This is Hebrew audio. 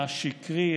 השקרי,